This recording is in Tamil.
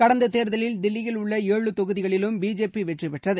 கடந்த தேர்தலில் தில்லியில் உள்ள ஏழு தொகுதிகளிலும் பிஜேபி வெற்றி பெற்றது